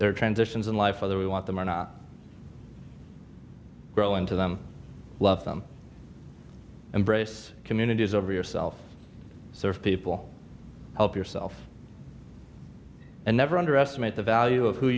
are transitions in life whether we want them or not grow into them love them embrace communities over yourselves people help yourself and never underestimate the value of who